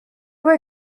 were